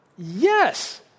Yes